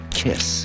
kiss